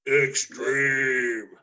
Extreme